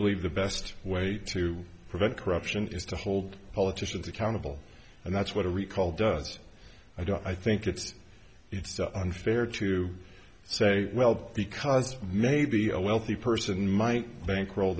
believe the best way to prevent corruption is to hold politicians accountable and that's what a recall does i don't i think it's unfair to say well because maybe a wealthy person might bankroll